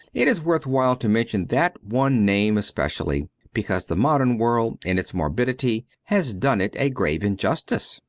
it is worth while to mention that one name especially, because the modern world in its morbidity has done it a grave injustice.